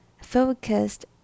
Focused